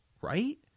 Right